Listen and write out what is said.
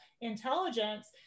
intelligence